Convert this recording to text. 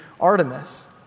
Artemis